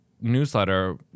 newsletter